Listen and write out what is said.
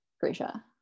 Grisha